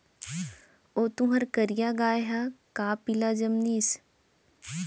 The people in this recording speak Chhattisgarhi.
ओ तुंहर करिया गाय ह का पिला जनमिस?